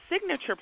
signature